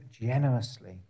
generously